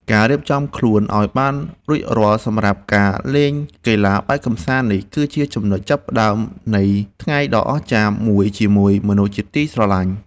ការរៀបចំខ្លួនឱ្យបានរួចរាល់សម្រាប់ការលេងកីឡាបែបកម្សាន្តនេះ គឺជាចំណុចចាប់ផ្ដើមនៃថ្ងៃដ៏អស្ចារ្យមួយជាមួយមនុស្សជាទីស្រឡាញ់។